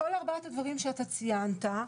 בכל ארבעת הדברים שאתה ציינת,